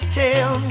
tell